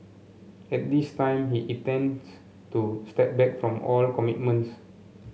at this time he intends to step back from all commitments